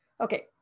Okay